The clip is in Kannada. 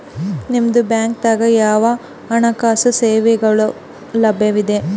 ನಿಮ ಬ್ಯಾಂಕ ದಾಗ ಯಾವ ಹಣಕಾಸು ಸೇವೆಗಳು ಲಭ್ಯವಿದೆ?